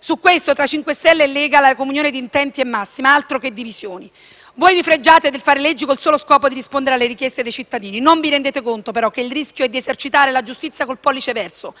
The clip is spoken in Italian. Su questo tra 5 Stelle e Lega la comunione di intenti è massima, altro che divisione! Voi vi fregiate del fare le leggi con il solo scopo di rispondere alle richieste dei cittadini. Non vi rendete conto che il rischio è di esercitare la giustizia con il pollice verso.